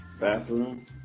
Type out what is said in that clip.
bathroom